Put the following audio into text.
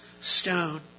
stone